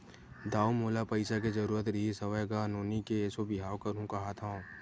दाऊ मोला पइसा के जरुरत रिहिस हवय गा, नोनी के एसो बिहाव करहूँ काँहत हँव